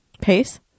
pace